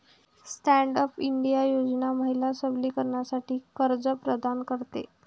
stand up India योजना महिला सबलीकरणासाठी कर्ज प्रदान करते